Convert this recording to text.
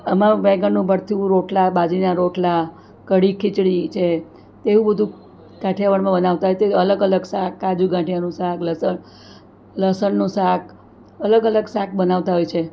આમાં બેંગનનું ભરતું રોટલા બાજરીના રોટલા કઢી ખીચડી છે તેવું બધું કાઠિયાવાડમાં બનાવતા હોય તે અલગ અલગ શાક કાજુ ગાંઠિયાનું શાક લસણ લસણનું શાક અલગ અલગ શાક બનાવતા હોય છે